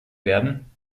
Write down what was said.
werden